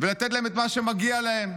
ולתת להם את מה שמגיע להם,